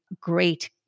great